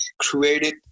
created